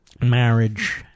marriage